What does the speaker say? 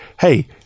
hey